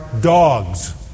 dogs